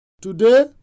Today